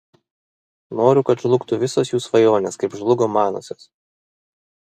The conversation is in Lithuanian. noriu kad žlugtų visos jų svajonės kaip žlugo manosios